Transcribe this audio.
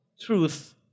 truth